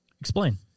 Explain